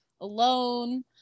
alone